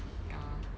ya